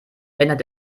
erinnert